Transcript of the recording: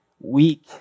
weak